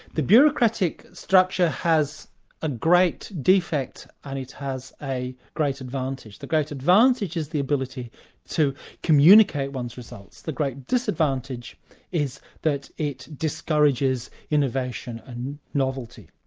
the bureaucratic structure has a great defect, and it has a great advantage. the great advantage is the ability to communicate one's results, the great disadvantage is that it discourages innovation and novelty.